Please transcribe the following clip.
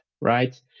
right